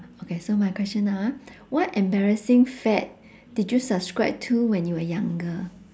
okay so my question ah what embarrassing fad did you subscribe to when you were younger